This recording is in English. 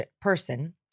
person